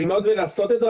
צריך ללמוד לעשות את זה,